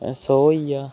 सौ होइया